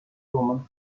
roman